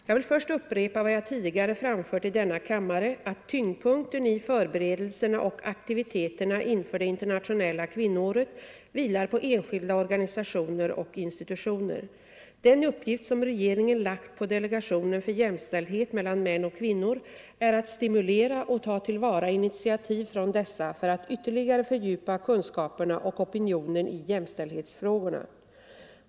Jag vill först upprepa vad jag tidigare framfört i denna kammare att tyngdpunkten i förberedelserna och aktiviteterna inför det internationella kvinnoåret vilar på enskilda organisationer och institutioner. Den uppgift som regeringen lagt på delegationen för jämställdhet mellan män och kvinnor är att stimulera och ta till vara initiativ från dessa för att ytterligare fördjupa kunskaperna och opinionen i jämställdhetsfrågorna.